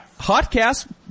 HotCast